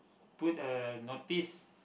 put a notice